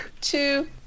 two